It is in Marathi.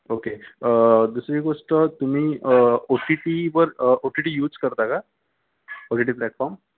ओके दुसरी गोष्ट तुम्ही ओ टी टीवर ओ टी टी यूज करता का ओ टी टी प्लॅटफॉर्म